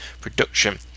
production